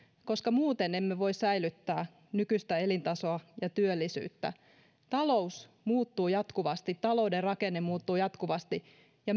koska muuten emme voi säilyttää nykyistä elintasoa ja työllisyyttä talous muuttuu jatkuvasti talouden rakenne muuttuu jatkuvasti ja